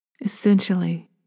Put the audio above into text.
Essentially